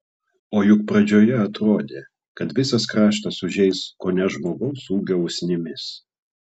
o juk pradžioje atrodė kad visas kraštas užeis kone žmogaus ūgio usnimis